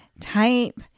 type